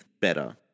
better